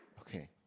Okay